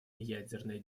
ядерные